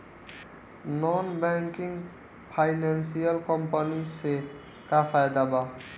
Non banking financial company से का फायदा बा?